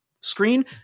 screen